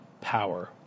power